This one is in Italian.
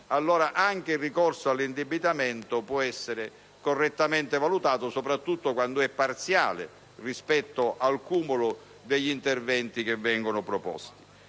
allora anche il ricorso all'indebitamento può essere correttamente valutato, specialmente quando è parziale rispetto al cumulo degli interventi proposti.